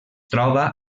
troba